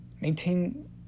maintain